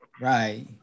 Right